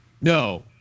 No